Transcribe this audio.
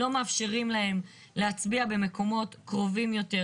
לא מאפשרים להם להצביע במקומות קרובים יותר,